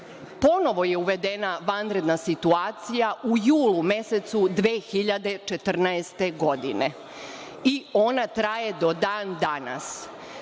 ponovo je uvedena vanredna situacija u julu mesecu 2014. godine, i ona traje do dan danas.